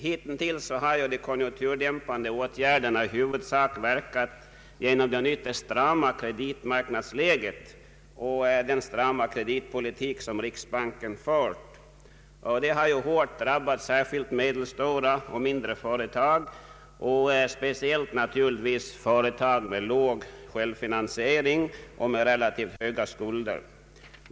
Hittills har de konjunkturdämpande åtgärderna i huvudsak verkat genom det ytterst strama kreditmarknadsläget och den strama kreditpolitik som riksbanken fört. Detta har hårt drabbat särskilt medelstora och mindre företag och speciellt naturligtvis företag med låg självfinansieringsgrad och med relativt sett höga skulder.